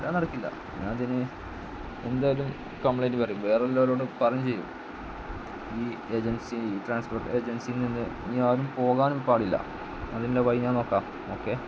ഇവിടെ നടക്കില്ല ഒന്നാമത്തേതിന് എന്തായാലും കംപ്ലൈൻ്റ് പറയും വേറെ എല്ലാവരോടും പറയുകയും ചെയ്യും ഈ ഏജൻസി ട്രാൻസ്പോർട്ട് ഏജൻസി നിന്ന് ഇനി ആരും പോകാനും പാടില്ല അതിൻ്റെ വഴി ഞാൻ നോക്കാം ഓക്കേ